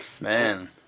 Man